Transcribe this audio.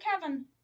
Kevin